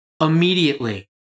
immediately